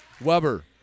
Weber